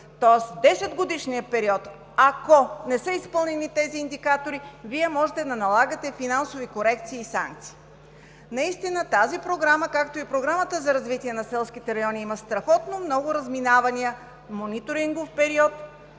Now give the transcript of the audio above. Тоест в 10-годишния период, ако не са изпълнени тези индикатори, Вие можете да налагате финансови корекции и санкции. Наистина в тази програма, както и в Програмата за развитие на селските райони, има страхотно много разминавания – мониторингов период,